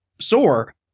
soar